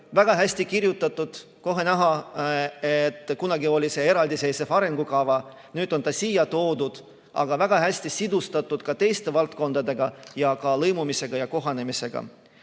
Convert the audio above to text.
väga hästi kirjutatud. Kohe näha, et kunagi oli see eraldiseisev arengukava, nüüd on ta siia toodud, aga väga hästi sidustatud teiste valdkondadega ja ka lõimumise ja kohanemisega.